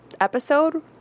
episode